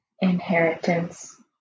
Inheritance